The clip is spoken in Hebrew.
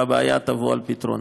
והבעיה תבוא על פתרונה.